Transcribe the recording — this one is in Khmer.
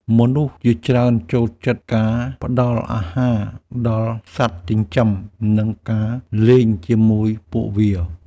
មនុស្សជាច្រើនចូលចិត្តការផ្តល់អាហារដល់សត្វចិញ្ចឹម និងការលេងជាមួយពួកវា។